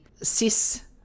cis